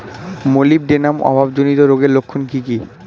Molybdenum অভাবজনিত রোগের লক্ষণ কি কি?